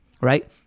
Right